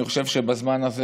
אני חושב שבזמן הזה,